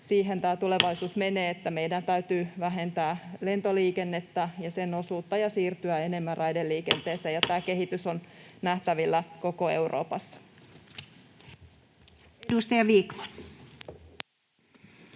siihen, että meidän täytyy vähentää lentoliikennettä ja sen osuutta ja siirtyä enemmän raideliikenteeseen, ja tämä kehitys on nähtävillä koko Euroopassa. Edustaja Vikman.